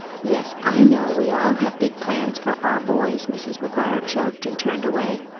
yes, i know. we all have big plans for our boys. mrs. mcguire choked and turned away.